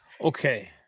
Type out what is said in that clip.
Okay